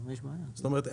זאת אומרת,